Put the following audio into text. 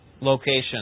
location